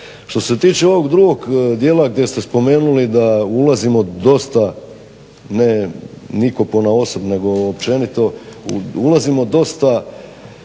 Što se tiče ovog drugog dijela gdje ste spomenuli da ulazimo dosta ne nitko ponaosob, nego općenito, ulazimo dosta